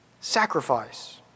Sacrifice